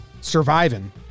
Surviving